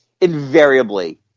invariably